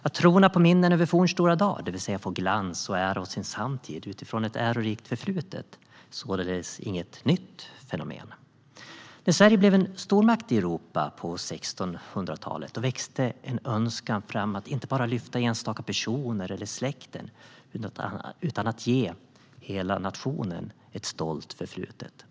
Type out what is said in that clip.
Att trona på minnen från fornstora dar, det vill säga få glans och ära av sin samtid utifrån ett ärorikt förflutet, är således inget nytt fenomen. När Sverige blev en stormakt i Europa på 1600-talet växte en önskan fram om att inte bara lyfta fram enstaka personer eller släkter utan att ge hela nationen ett stolt förflutet.